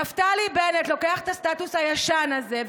נפתלי בנט לוקח את הסטטוס הישן הזה,